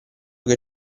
che